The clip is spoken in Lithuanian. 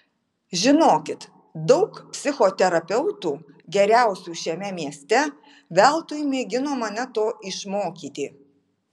žinokit daug psichoterapeutų geriausių šiame mieste veltui mėgino mane to išmokyti